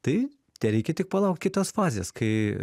tai tereikia tik palaukt kitos fazės kai